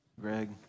Greg